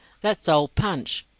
that's old punch.